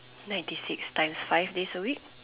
ninety six times five days a week